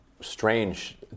strange